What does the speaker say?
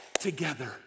together